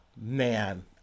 Man